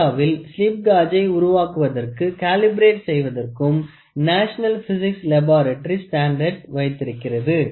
இந்தியாவில் ஸ்லிப் காஜை உருவாக்குவதற்கும் காலிபரெட் செய்வதற்கும் National Physics Laboratory ஸ்டாண்டர்ட்ஸ் வைத்திருக்கிறது